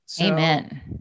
Amen